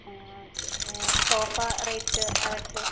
പിന്നെ sofa rate അതൊക്കെയോ